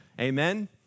Amen